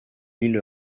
lille